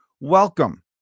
welcome